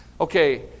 Okay